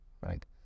right